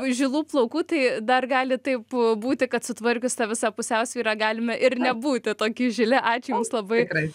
žilų plaukų tai dar gali taip būti kad sutvarkius tą visą pusiausvyrą galime ir nebūti toki žili ačiū jums labai